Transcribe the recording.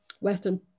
Western